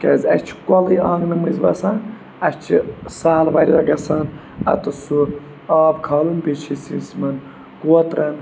کیٛازِ اَسہِ چھِ کۄلٕے آنٛگنَہٕ مٔنٛزۍ وَسان اَسہِ چھِ سہل واریاہ گژھان اَتٮ۪تھ سُہ آب کھالُن بیٚیہِ چھِ أسۍ یِمَن کوترَن